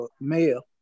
male